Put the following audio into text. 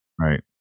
Right